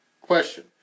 Question